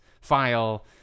file